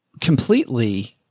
completely